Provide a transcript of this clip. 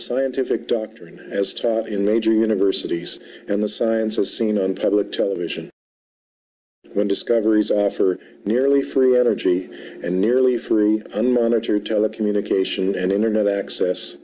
scientific doctrine as taught in major universities and the sciences seen on public television when discoveries ready for nearly frew energy and nearly fruit and monetary telecommunications and internet access